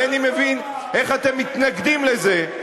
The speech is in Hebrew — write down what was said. אינני מבין איך אתם מתנגדים לזה.